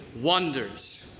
wonders